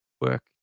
work